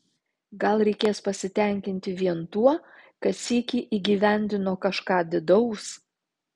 gal reikės pasitenkinti vien tuo kad sykį įgyvendino kažką didaus